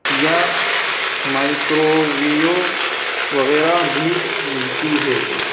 یا مائکروویو وغیرہ بھی ملتی ہے